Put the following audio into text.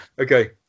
Okay